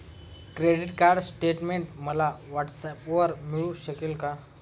Credit card statement मला व्हॉट्सऍपवर मिळू शकेल का?